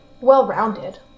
well-rounded